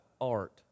art